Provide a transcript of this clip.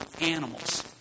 animals